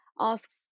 asks